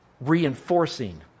reinforcing